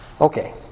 Okay